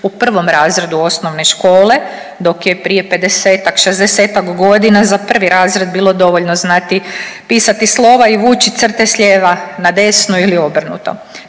u 1. razredu osnovne škole dok je prije 50-ak, 60-ak godina za 1. razred bilo dovoljno znati pisati slova i vući crte s lijeva na desno ili obrnuto.